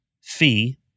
fee